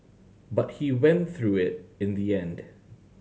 but he went through it in the end